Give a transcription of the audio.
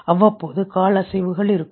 அவ்வப்போது கால் அசைவுகள் இருக்கும்